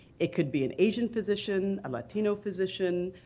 it could be an asian physician, a latino physician,